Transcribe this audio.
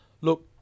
Look